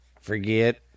forget